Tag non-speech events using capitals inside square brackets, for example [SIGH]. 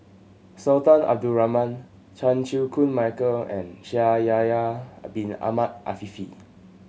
Sultan Abdul Rahman Chan Chew Koon Michael and Shaikh Yahya [UNINTELLIGIBLE] Bin Ahmed Afifi